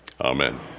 Amen